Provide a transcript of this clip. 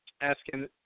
asking